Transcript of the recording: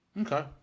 Okay